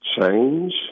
change